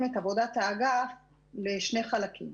את עבודת האגף לשני חלקים.